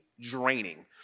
draining